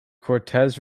cortes